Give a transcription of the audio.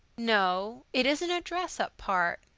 no, it isn't a dress-up part.